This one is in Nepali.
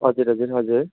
हजुर हजुर हजुर